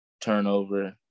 turnover